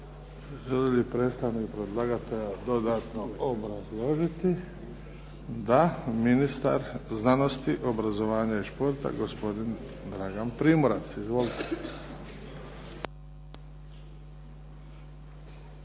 Želi li predstavnik predlagatelja dodatno obrazložiti? Da. Ministar znanosti, obrazovanja i športa, gospodin Dragan Primorac. Izvolite.